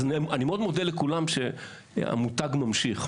אז אני מאוד מודה לכולם שהמותג ממשיך,